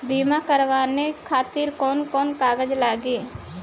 बीमा कराने खातिर कौन कौन कागज लागी?